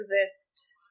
exist